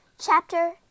Chapter